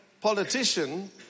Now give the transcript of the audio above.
politician